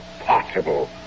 possible